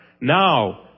Now